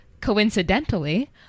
coincidentally